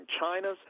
China's